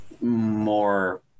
more